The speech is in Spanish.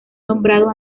nombrado